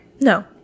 No